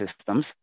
systems